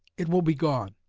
it will be gone,